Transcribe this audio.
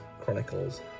Chronicles